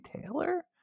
taylor